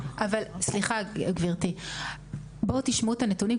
סליחה גבירתי, בואו תשמעו את הנתונים.